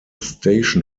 station